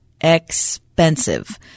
Expensive